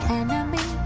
enemy